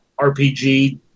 RPG